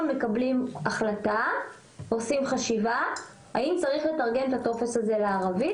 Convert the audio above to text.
מקבלים החלטה ועושים חשיבה האם צריך לתרגם את הטופס הזה לערבית.